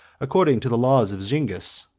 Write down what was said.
according to the laws of zingis,